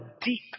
deep